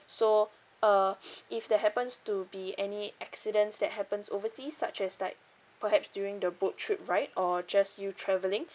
so uh if there happens to be any accidents that happens oversea such as like perhaps during the boat trip right or just you travelling